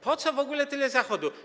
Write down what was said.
Po co w ogóle tyle zachodu?